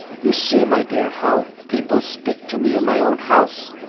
you see, my dear, how people speak to me in my own house!